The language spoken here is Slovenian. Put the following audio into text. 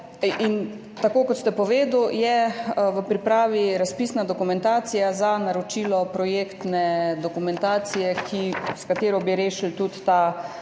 tako kot ste tudi vi, da je v pripravi razpisna dokumentacija za naročilo projektne dokumentacije, s katero bi rešili tudi ta